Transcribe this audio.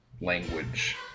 language